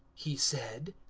he said,